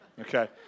okay